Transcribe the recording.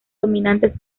dominantes